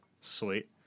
Sweet